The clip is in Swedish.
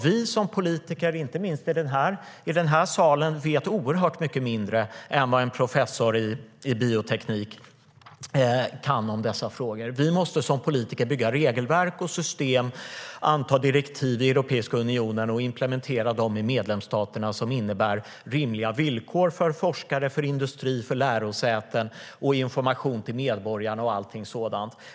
Vi som politiker, inte minst i den här salen, vet mycket mindre än vad en professor i bioteknik kan om dessa frågor. Vi som politiker måste bygga regelverk och system, anta direktiv i Europeiska unionen och implementera dem i medlemsstaterna. Det ska ge rimliga villkor för forskare, för industri, för lärosäten och för information till medborgarna och sådant.